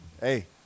Hey